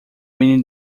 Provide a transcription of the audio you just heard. menino